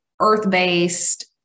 earth-based